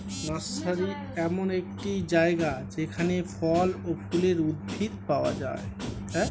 nursery এমন একটি জায়গা যেখানে ফল ও ফুলের উদ্ভিদ পাওয়া যায়